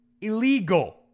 illegal